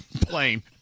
plane